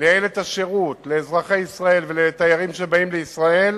ולייעל את השירות לאזרחי ישראל ולתיירים שבאים לישראל,